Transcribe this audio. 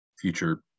Future